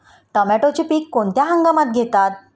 टोमॅटोचे पीक कोणत्या हंगामात घेतात?